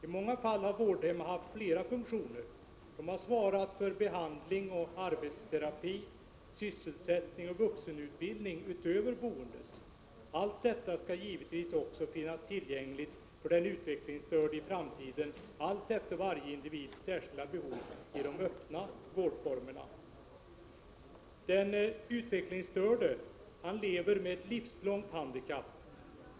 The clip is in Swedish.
I många fall har vårdhem haft flera funktioner. De har utöver boendet svarat för behandling, arbetsterapi, sysselsättning och vuxenutbildning. Allt detta skall i framtiden givetvis finnas för den utvecklingsstörde i de öppna vårdformerna, alltefter varje individs särskilda behov. Den utvecklingsstörde lever med ett livslångt handikapp.